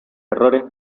errores